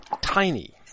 tiny